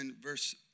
verse